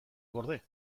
gorde